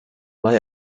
mai